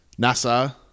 NASA